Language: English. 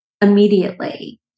immediately